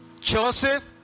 joseph